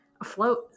afloat